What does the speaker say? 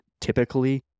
typically